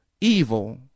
evil